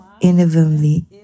inevitably